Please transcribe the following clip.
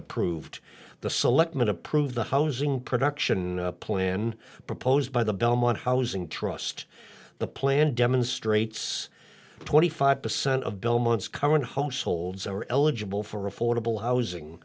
approved the selectmen approved the housing production plan proposed by the belmont housing trust the plan demonstrates twenty five percent of belmont's current hosts holds are eligible for affordable housing